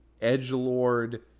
edgelord